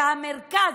והמרכז,